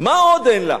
מה עוד אין לה?